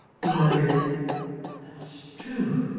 he muttered that's true.